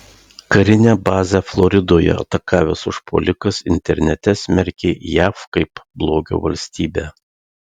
karinę bazę floridoje atakavęs užpuolikas internete smerkė jav kaip blogio valstybę